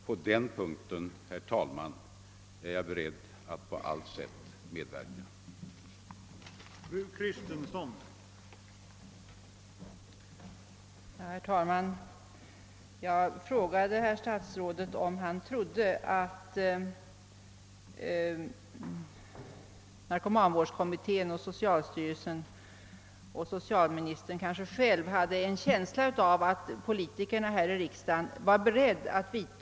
Jag är, herr talman, beredd att på allt sätt medverka härtill.